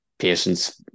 Patience